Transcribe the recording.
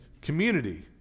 community